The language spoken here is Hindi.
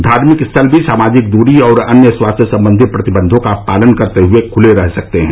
धार्मिक स्थल भी सामाजिक दूरी और अन्य स्वास्थ्य सम्बंधी प्रतिबन्धों का पालन करते हुए खुले रह सकते हैं